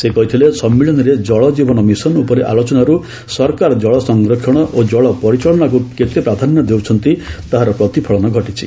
ସେ କହିଥିଲେ ସମ୍ମିଳନୀରେ 'ଜଳ ଜୀବନ ମିଶନ୍' ଉପରେ ଆଲୋଚନାରୁ ସରକାର ଜଳ ସଂରକ୍ଷଣ ଓ ଜଳ ପରିଚାଳନାକୁ କେତେ ପ୍ରାଧାନ୍ୟ ଦେଉଛନ୍ତି ତାହାର ପ୍ରତିଫଳନ ଘଟିଛି